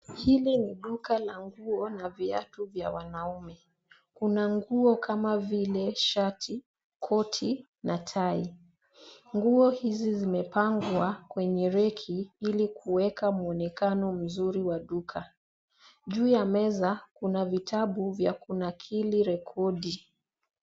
Hili ni duka la nguo na viatu vya wanaume. Kuna nguo kama vile shati, koti na tai. Nguo hizi zimepangwa kwenye reki ili kuweka muonekano mzuri wa duka. Juu ya meza kuna vitabu vya kunakili rekodi.